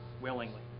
willingly